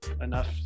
enough